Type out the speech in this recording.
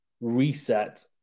reset